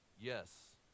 Yes